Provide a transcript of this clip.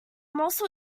morsel